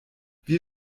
wir